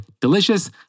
delicious